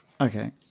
Okay